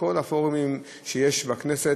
וכל הפורומים שיש בכנסת,